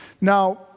Now